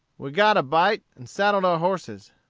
we got a bite, and saddled our horses.